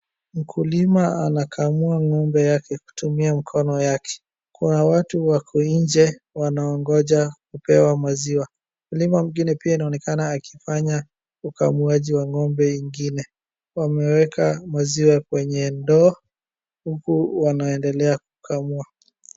Mkulima anakamua ng'ombe yake kutumia mkono yake. Kuna watu wako nje wanaongoja kupewa maziwa. Mkulima mwingine pia inaonekana akifanya ukamuaji wa ng'ombe ingine. Wameweka maziwa kwenye ndoo huku wanaendelea kukamua.